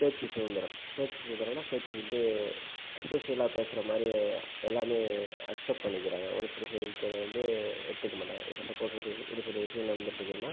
பேச்சு சுதந்திரம் பேச்சு சுதந்திரம்னால் பேச்சு வந்து சோஷியலாக பேசுகிற மாதிரி எல்லாமே அக்சப்ட் பண்ணிக்கிறாங்க ஒரு சில செய்தித்துறை வந்து எடுத்துக்க மாட்டாங்க இப்போ சப்போஸ் ஒரு சில ஒரு சில விஷயங்கள் நடந்துகிட்டு இருக்குன்னால்